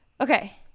Okay